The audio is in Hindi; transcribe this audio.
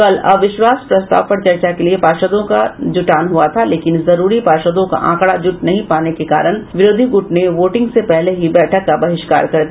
कल अविश्वास प्रस्ताव पर चर्चा के लिए पार्षदों का जुटान हुआ था लेकिन जरूरी पार्षदों का आंकड़ा जुट नहीं पाने के कारण विरोधी गुट ने वोटिंग से पहले ही बैठक का बहिष्कार कर दिया